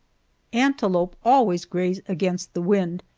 antelope always graze against the wind,